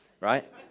right